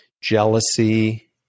jealousy